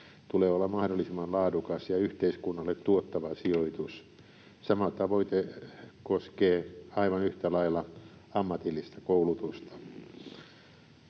tulee olla mahdollisimman laadukas ja yhteiskunnalle tuottava sijoitus. Sama tavoite koskee aivan yhtä lailla ammatillista koulutusta.